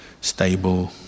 stable